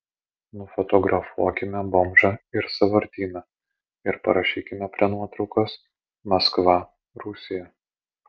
nufotografuokime bomžą ir sąvartyną ir parašykime prie nuotraukos maskva rusija